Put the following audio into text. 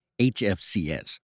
HFCS